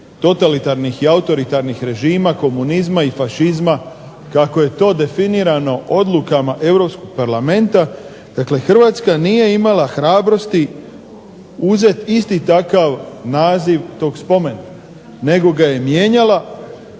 totalitarnih i autoritarnih režima, komunizma i fašizma kako je to definirano odlukama Europskog parlamenta, dakle Hrvatska nije imala hrabrosti uzet isti takav naziv tog spomena nego ga je mijenjala